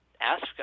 ask